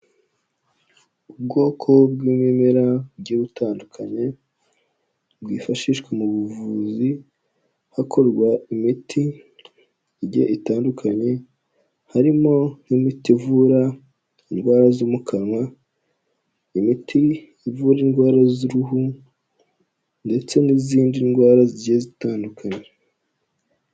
Ubwoko bw'ibimera bugiye butandukanye bwifashishwa mu buvuzi hakorwa imiti igiye itandukanye, harimo nk'imiti ivura indwara zo mu kanwa, imiti ivura indwara z'uruhu ndetse n'izindi ndwara zigiye zitandukanye.